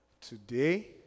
today